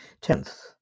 Tenth